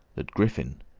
that griffin,